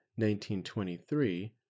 1923